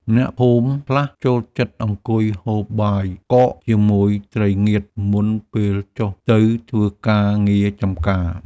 អ្នកភូមិខ្លះចូលចិត្តអង្គុយហូបបាយកកជាមួយត្រីងៀត មុនពេលចុះទៅធ្វើការងារចម្ការ។